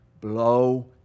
blow